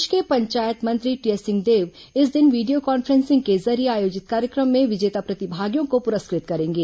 प्रदेश के पंचायत मंत्री टीएस सिंहदेव इस दिन वीडियो कॉन्फ्रेंसिंग के जरिये आयोजित कार्यक्रम में विजेता प्रतिभागियों को पुरस्कृत करेंगे